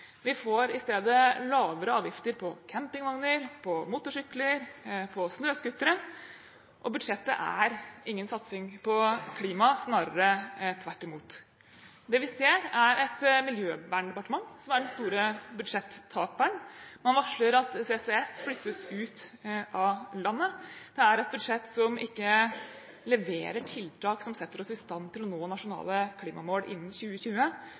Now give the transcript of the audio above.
Vi får i stedet lavere avgifter på campingvogner, på motorsykler og på snøscootere. Budsjettet er ingen satsing på klima, snarere tvert imot. Det vi ser, er et miljødepartement som er den store budsjettaperen. Man varsler at CCS flyttes ut av landet. Det er et budsjett som ikke leverer tiltak som setter oss i stand til å nå nasjonale klimamål innen 2020.